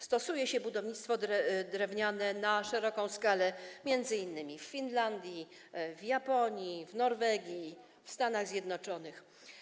Stosuje się budownictwo drewniane na szeroką skalę m.in. w Finlandii, w Japonii, w Norwegii i w Stanach Zjednoczonych.